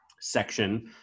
section